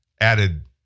Added